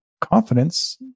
confidence